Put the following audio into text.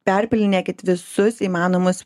perpilinėkit visus įmanomus